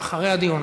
אחרי הדיון,